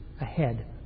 ahead